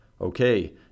Okay